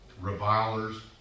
revilers